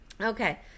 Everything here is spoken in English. okay